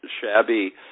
shabby